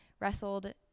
wrestled